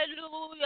Hallelujah